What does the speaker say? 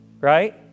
right